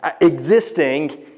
existing